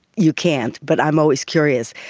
you can't but i'm always curious,